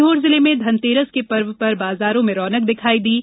सीहोर जिले में धनतेरस के पर्व पर बाजारों में रौनक दिखाई दे रही है